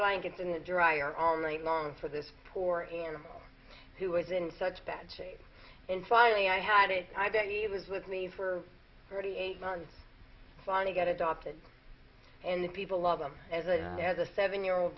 blankets in the dryer all night long for this poor animal who was in such bad shape and finally i had it i believe it was with me for thirty eight months finally got adopted and the people love them as i did as a seven year old